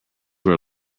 were